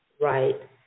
right